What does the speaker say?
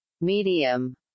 medium